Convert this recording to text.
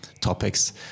topics